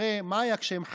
הרי מה היה כשהם חנו?